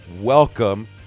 welcome